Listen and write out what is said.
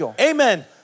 Amen